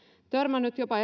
törmännyt jopa